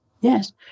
Yes